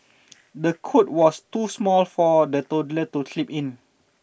the cot was too small for the toddler to sleep in